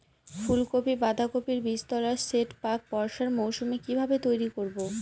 ফুলকপি বাধাকপির বীজতলার সেট প্রাক বর্ষার মৌসুমে কিভাবে তৈরি করব?